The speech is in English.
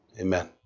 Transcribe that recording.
Amen